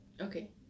Okay